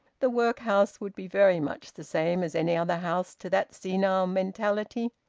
the workhouse would be very much the same as any other house to that senile mentality.